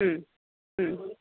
ಹ್ಞೂ ಹ್ಞೂ